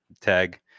tag